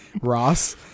Ross